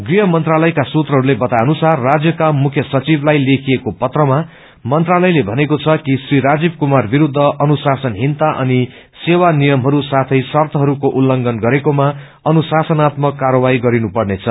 गृह मन्त्रानलयका सूत्रहस्ते बताएअनुसार राज्यका मुख्य सचिवलाई लेखिएको पत्रमाम न्त्रालयले भनेको छ कि श्री राजीव कुमार विस्त्र अनुशासनहीनता अनि सेवा नियमहरू साथै शंतहरूको उस्लंघन गरेकोमा अनुशासनात्मक र्कायवादी गरिनु पर्नेछ